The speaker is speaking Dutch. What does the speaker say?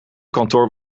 kantoor